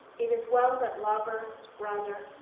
it is well that lover, brother,